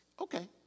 okay